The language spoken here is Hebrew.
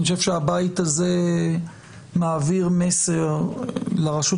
אני חושב שהבית הזה מעביר מסר לרשות